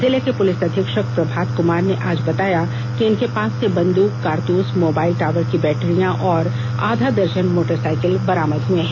जिले के पुलिस अधीक्षक प्रभात कुमार ने आज बताया कि इनके पास से बंद्रक कारतूस मोबाइल टावर की बैटरियां और आधा दर्जन मोटरसाइकिल बरामद हुए हैं